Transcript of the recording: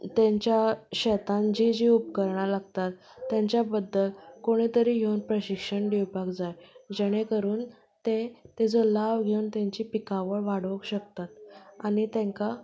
तांच्या शेतांत जीं जीं उपकरणां लागतात तांच्या बद्दल कोणें तरी येवन प्रशिक्षण दिवपाक जाय जेणे करून ते ताजो लाव घेवन तांची पिकावळ वाडोवंक शकतात आनी तांकां